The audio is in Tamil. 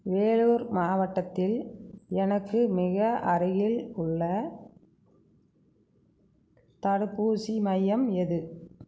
வேலூர் மாவட்டத்தில் எனக்கு மிக அருகில் உள்ள தடுப்பூசி மையம் எது